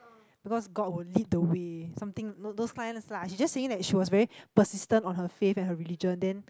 because God will lead the way something those those lines lah she just saying that she was very persistent on her faith and her religion then